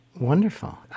wonderful